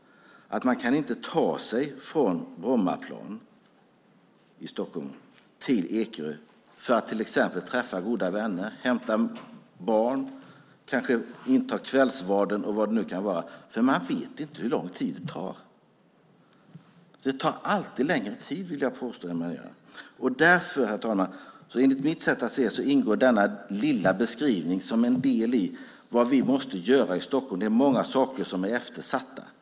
Man kan inte ta sig från Brommaplan i Stockholm till Ekerö för att till exempel träffa goda vänner, hämta barn, kanske inta kvällsvarden eller vad det nu kan vara. För man vet inte hur lång tid det tar. Det tar alltid längre tid, vill jag påstå. Därför, herr talman, är denna lilla beskrivning, enligt mitt sätt att se, en del när det gäller vad vi måste göra i Stockholm.